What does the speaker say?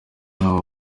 nawe